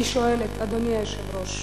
אני שואלת, אדוני היושב-ראש.